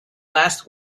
last